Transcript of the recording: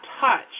touch